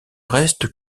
restent